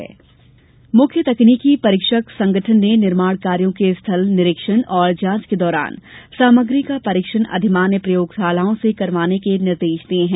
सामग्री जांच मुख्य तकनीकी परीक्षक संगठन ने निर्माण कार्यों के स्थल निरीक्षण और जांच के दौरान सामग्री का परीक्षण अधिमान्य प्रयोगशालाओं से करवाने के निर्देश दिये हैं